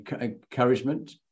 encouragement